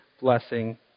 blessing